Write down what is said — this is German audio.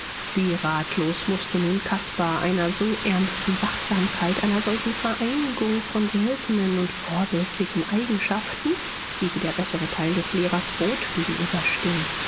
wie ratlos mußte nun caspar einer so ernsten wachsamkeit einer solchen vereinigung von seltenen und vorbildlichen eigenschaften wie sie der bessere teil des lehrers bot gegenüberstehen